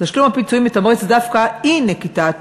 תשלום הפיצויים מתמרץ דווקא אי-נקיטת